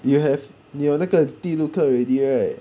you have you have 那个的 diluc already right